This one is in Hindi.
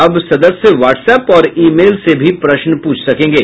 अब सदस्य व्हाट्सएप और ई मेल से भी प्रश्न पूछ सकेंगे